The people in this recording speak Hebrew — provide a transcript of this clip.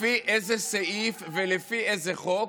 לפי איזה סעיף ולפי איזה חוק?